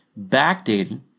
backdating